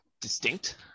distinct